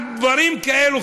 על דברים כאלה,